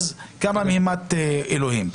קמה מהומת אלוהים.